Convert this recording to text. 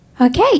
Okay